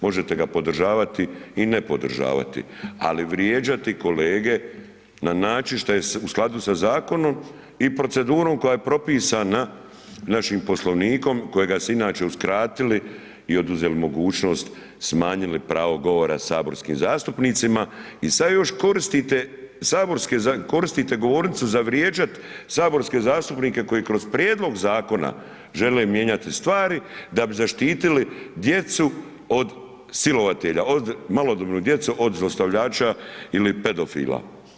Možete ga podržavati, ali ne podržavati, ali vrijeđati kolege na način što je u skladu sa zakonom i procedurom koja je propisana našim poslovnikom kojega su inače uskratili i oduzeli mogućnost, smanjili pravo govora saborskim zastupnicima i sad još koristite govornicu za vrijeđati saborske zastupnike koji kroz prijedlog zakona žele mijenjati stvari da bi zaštitili djecu od silovatelja, od malodobnu djecu od zlostavljača ili pedofila.